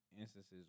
instances